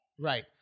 Right